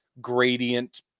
gradient